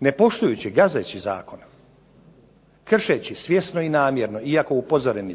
Ne poštujući, gazeći zakon, kršeći svjesno i namjerno, iako upozoreni